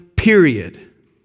Period